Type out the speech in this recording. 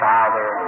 Father